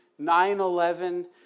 9-11